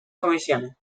comisiones